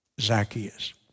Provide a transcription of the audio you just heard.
Zacchaeus